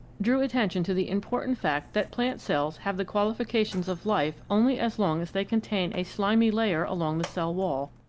drew attention to the important fact that plant cells have the qualifications of life only as long as they contain a slimy layer along the cell wall,